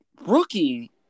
rookie